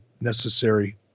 necessary